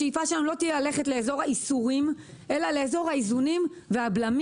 השאיפה שלנו לא תהיה ללכת לאזור האיסורים אלא לאזור האיזונים והבלמים,